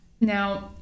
now